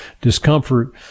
discomfort